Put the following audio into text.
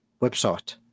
website